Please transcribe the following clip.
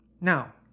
Now